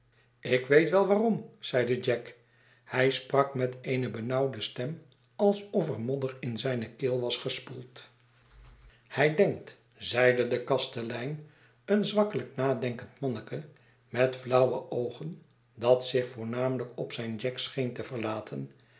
ik weet wel waarom zeide jack hij sprak met eene benauwde stem alsof er modder in zijne keel was gespoeld oroote verwaghtwgen hij denkt zeide de kastelein eenzwakkelijk nadenkend maneke met fiauwe oogen dat zich voornamelijk op zijn jack scheen te verlaten